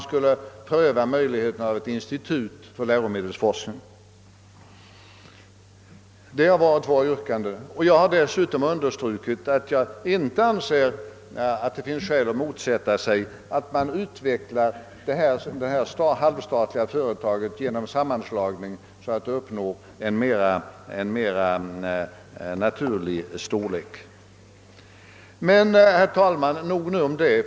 Dessutom har vi önskat att tanken på ett institut för läromedelsforskning skulle prövas. Jag har dessutom understrukit att jag inte anser att det finns skäl att motsätta sig utvecklandet genom sammanslagning av ett sådant här halvstatligt företag, så att det uppnår en mera naturlig storlek. Det må nu vara nog sagt om detta.